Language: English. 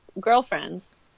girlfriends